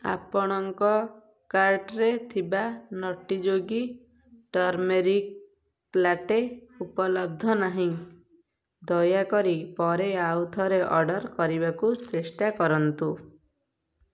ଆପଣଙ୍କ କାର୍ଟ୍ରେ ଥିବା ନଟି ଯୋଗୀ ଟର୍ମରିକ୍ ଲାଟେ ଉପଲବ୍ଧ ନାହିଁ ଦୟାକରି ପରେ ଆଉ ଥରେ ଅର୍ଡ଼ର୍ କରିବାକୁ ଚେଷ୍ଟା କରନ୍ତୁ